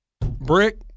Brick